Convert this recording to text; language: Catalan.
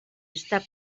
està